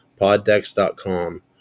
poddex.com